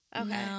Okay